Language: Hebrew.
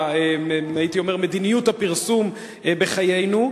הייתי אומר, מדיניות הפרסום בחיינו.